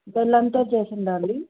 బెల్లంతో చేసిందాండి